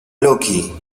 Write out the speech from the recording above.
loki